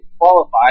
qualified